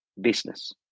business